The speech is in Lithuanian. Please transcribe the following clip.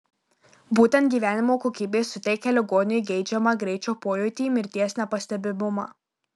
būtent gyvenimo kokybė suteikia ligoniui geidžiamą greičio pojūtį mirties nepastebimumą